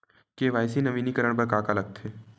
KYC नवीनीकरण बर का का लगथे?